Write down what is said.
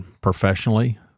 professionally